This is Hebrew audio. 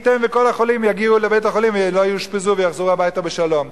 מי ייתן וכל החולים יגיעו לבית-החולים ולא יאושפזו ויחזרו הביתה בשלום.